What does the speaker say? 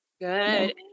Good